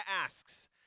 asks